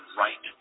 right